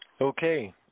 Okay